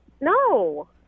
No